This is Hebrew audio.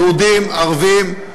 יהודים, ערבים.